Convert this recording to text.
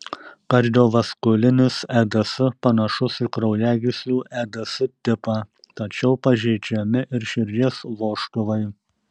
kardiovaskulinis eds panašus į kraujagyslių eds tipą tačiau pažeidžiami ir širdies vožtuvai